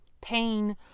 pain